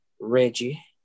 Reggie